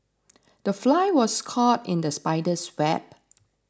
the fly was caught in the spider's web